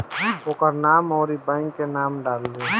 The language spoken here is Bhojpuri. ओकर नाम अउरी बैंक के नाम डाल दीं